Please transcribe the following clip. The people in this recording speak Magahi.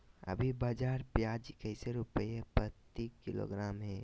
अभी बाजार प्याज कैसे रुपए प्रति किलोग्राम है?